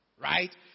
Right